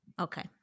Okay